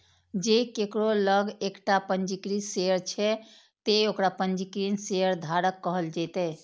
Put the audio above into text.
जों केकरो लग एकटा पंजीकृत शेयर छै, ते ओकरा पंजीकृत शेयरधारक कहल जेतै